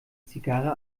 zigarre